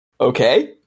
Okay